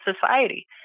society